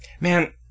Man